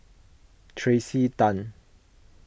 Tracey Tan